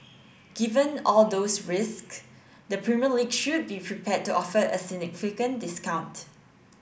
given all those risks the Premier League should be prepared to offer a significant discount